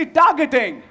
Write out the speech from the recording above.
targeting